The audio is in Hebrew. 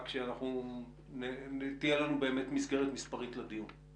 רק שתהיה לנו באמת מסגרת מספרית לדיון.